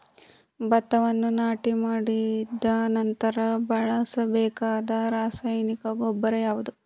ಭತ್ತವನ್ನು ನಾಟಿ ಮಾಡಿದ ನಂತರ ಬಳಸಬೇಕಾದ ರಾಸಾಯನಿಕ ಗೊಬ್ಬರ ಯಾವುದು?